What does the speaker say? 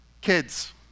kids